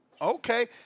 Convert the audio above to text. Okay